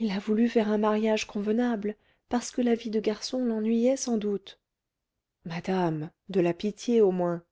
il a voulu faire un mariage convenable parce que la vie de garçon l'ennuyait sans doute madame de la pitié au moins